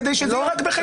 כדי שזה יהיה רק בחיפה.